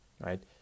right